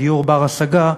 דיור בר-השגה,